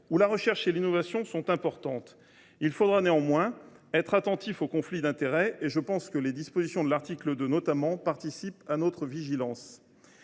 où la recherche et l’innovation sont importantes. Il faudra néanmoins être attentifs aux conflits d’intérêts, et je pense que les dispositions de l’article 2, notamment, participent à notre vigilance.